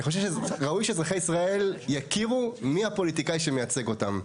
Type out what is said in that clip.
ואני חושב שראוי שאזרחי ישראל יכירו מי הפוליטיקאי שמייצג אותם.